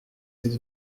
c’est